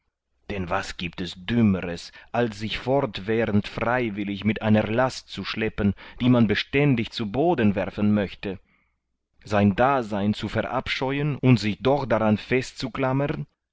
denn giebt es was dümmeres als sich fortwährend freiwillig mit einer last zu schleppen die man beständig zu boden werfen möchte sein dasein zu verabscheuen und sich doch daran